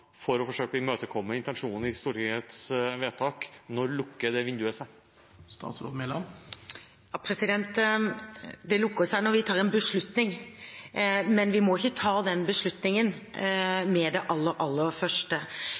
for å forsøke å imøtekomme intensjonene i Stortingets vedtak, lukker seg? Det lukker seg når vi tar en beslutning. Men vi må ikke ta den beslutningen med det aller, aller første.